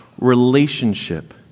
relationship